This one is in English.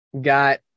got